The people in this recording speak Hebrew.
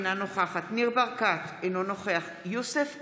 אינה נוכחת ניר ברקת, אינו נוכח יוסף ג'בארין,